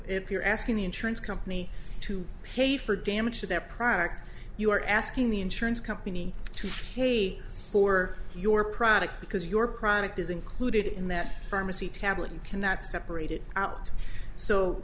if you're asking the insurance company to pay for damage to their product you are asking the insurance company to pay for your product because your product is included in that pharmacy tablet and cannot separate it out so